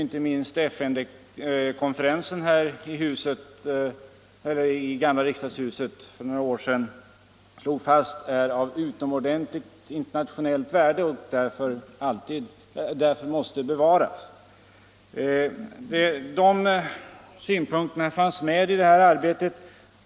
Inte minst FN-konferensen, som hölls i gamla riksdagshuset för några år sedan, slog fast att detta är områden av utomordentligt internationellt värde och att de därför måste bevaras. De synpunkterna fanns också med i den nämnda rapporten.